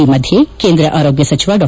ಈ ಮಧ್ಯೆ ಕೇಂದ್ರ ಆರೋಗ್ಯ ಸಚಿವ ಡಾ